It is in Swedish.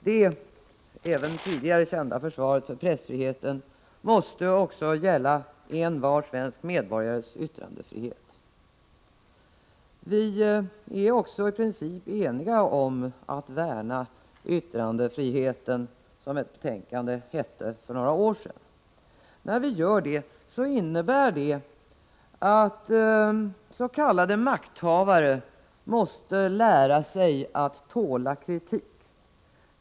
Det även tidigare kända försvaret för pressfriheten måste också gälla envar svensk medborgares yttrandefrihet. Vi är också i princip eniga om att Värna yttrandefriheten, som ett betänkande hette för några år sedan. När vi gör det innebär det att s.k. makthavare måste lära sig att tåla kritik.